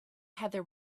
heather